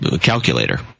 calculator